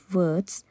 words